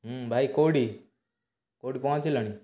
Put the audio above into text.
ହୁଁ ଭାଇ କୋଉଠି କୋଉଠି ପହଞ୍ଚିଲଣି